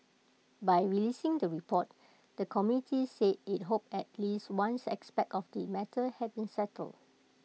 by releasing the report the committee said IT hoped at least ones aspect of the matter had been settled